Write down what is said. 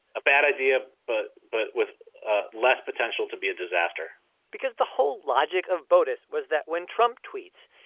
a bad idea but but with less potential to be a disaster because the whole logic of botus was that when trump tweets,